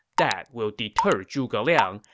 that will deter zhuge liang,